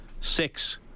six